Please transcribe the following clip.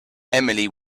emily